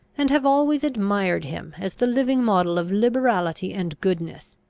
and have always admired him, as the living model of liberality and goodness.